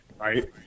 Right